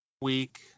week